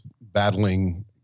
battling